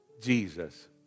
Jesus